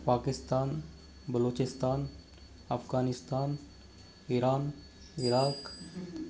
Pakistan Balochistan Afghanistan Iran Iraq